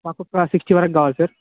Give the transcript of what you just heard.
మాకు ఒక సిక్స్టీ వరకు కావాలి సార్